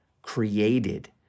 created